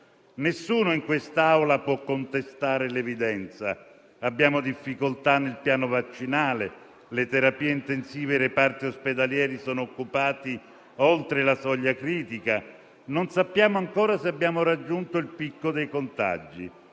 Nessuno in quest'Aula può contestare l'evidenza: abbiamo difficoltà nel piano vaccinale; le terapie intensive e i reparti ospedalieri sono occupati oltre la soglia critica; non sappiamo ancora se abbiamo raggiunto il picco dei contagi.